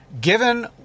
given